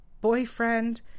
boyfriend